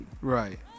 Right